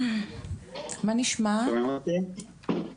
צינית אני לא, לא בשלב הזה, עוד לא.